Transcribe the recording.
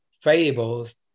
fables